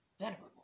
Venerable